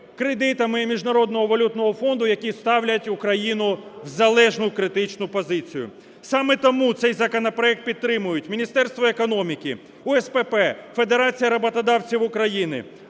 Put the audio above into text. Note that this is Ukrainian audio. кредитами і Міжнародного валютного фонду, які ставлять Україну в залежну, критичну позицію. Саме тому цей законопроект підтримують Міністерство економіки, УСПП, Федерація роботодавців України,